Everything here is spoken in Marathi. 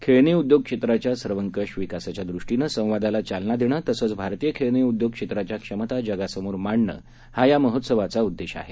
खेळणी उद्योगक्षेत्राच्या सर्वंकष विकासाच्यादृष्टीनं संवादाला चालना देणं तसंच भारतीय खेळणी उद्योग क्षेत्राच्या क्षमता जगासमोर मांडणं हा या महोत्सवाचा उद्देश आहे